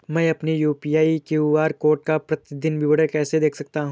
मैं अपनी UPI QR code का प्रतीदीन विवरण कैसे देख सकता हूँ?